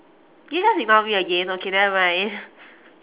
did you just ignore me again okay never mind